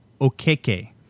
Okeke